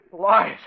Lies